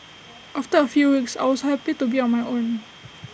after A few weeks I was happy to be on my own